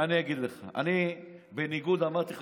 אני אגיד לך, ואמרתי לך: אני, בניגוד לשמאל,